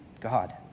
God